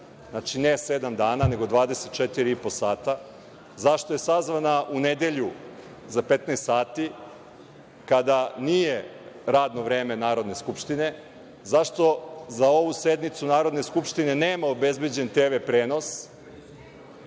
znači ne sedam dana, nego 24 i po sata. Zašto je sazvana u nedelju, za 15.00 sati, kada nije radno vreme Narodne skupštine? Zašto za ovu sednicu Narodne skupštine nema obezbeđen TV prenos,